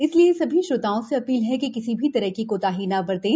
इसलिए सभी श्रोताओं से अपील है कि किसी भी तरह की कोताही न बरतें